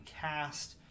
cast